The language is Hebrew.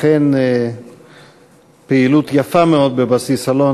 אכן פעילות יפה מאוד בבסיס אלון.